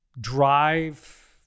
drive